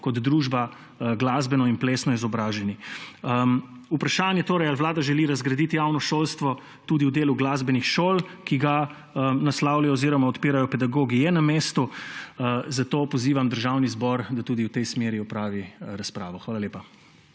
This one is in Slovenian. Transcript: kot družba glasbeno in plesno izobraženi. Vprašanje, ali Vlada želi razgraditi javno šolstvo tudi v delu glasbenih šol, ki ga naslavljajo oziroma odpirajo pedagogi, torej je na mestu, zato pozivam Državni zbor, da tudi v tej smeri opravi razpravo. Hvala lepa.